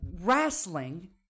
wrestling